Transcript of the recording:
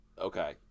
Okay